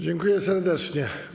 Dziękuję serdecznie.